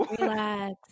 relax